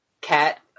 Cat